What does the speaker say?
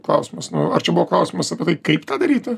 klausimas ar čia buvo klausimas apie tai kaip tą daryti